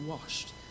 washed